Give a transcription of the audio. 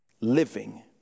living